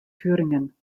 thüringen